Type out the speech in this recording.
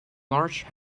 large